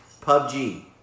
PUBG